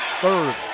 Third